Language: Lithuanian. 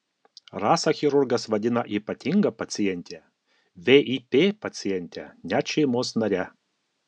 rasą chirurgas vadina ypatinga paciente vip paciente net šeimos nare